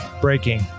Breaking